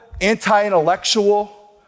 anti-intellectual